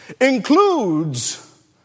includes